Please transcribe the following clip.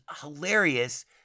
hilarious